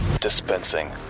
dispensing